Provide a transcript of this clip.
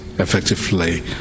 effectively